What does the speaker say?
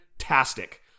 Fantastic